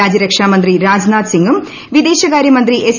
രാജ്യരക്ഷാ മന്ത്രി രാജ്നാഥ് സിംഗും വിദേശകാര്യ മന്ത്രി എസ്